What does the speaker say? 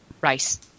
Rice